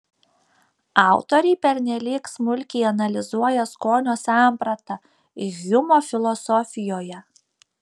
autoriai pernelyg smulkiai analizuoja skonio sampratą hjumo filosofijoje